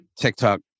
TikTok